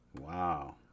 Wow